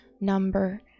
number